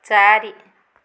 ଚାରି